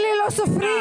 הכול בסדר.